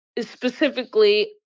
specifically –